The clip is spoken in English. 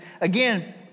again